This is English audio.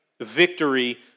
victory